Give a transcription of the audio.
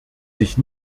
sich